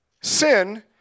sin